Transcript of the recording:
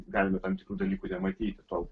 galime tam tikrų dalykų nematyti to